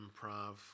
improv